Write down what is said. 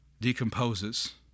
decomposes